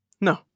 No